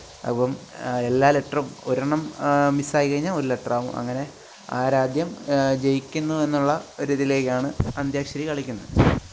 അപ്പം എല്ലാ ലെറ്ററും ഒരെണ്ണം മിസ്സായിക്കഴിഞ്ഞാൽ ഒരു ലെറ്ററാവും അങ്ങനെ ആര് ആദ്യം ജയിക്കുന്നു എന്നുള്ള ഒരു ഇതിലേക്കാണ് അന്ത്യാക്ഷരി കളിക്കുന്നത്